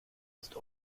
ist